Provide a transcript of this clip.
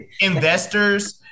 Investors